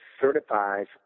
certifies